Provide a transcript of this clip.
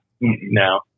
No